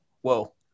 whoa